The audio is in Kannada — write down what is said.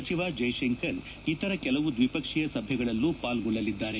ಸಚಿವ ಜೈಶಂಕರ್ ಇತರ ಕೆಲವು ದ್ವಿಪಕ್ಷೀಯ ಸಭೆಗಳಲ್ಲೂ ಪಾಲ್ಗೊಳಲಿದ್ದಾರೆ